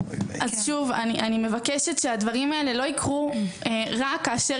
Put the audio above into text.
אני מבקשת שהדברים האלה לא יקרו רק כאשר